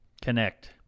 connect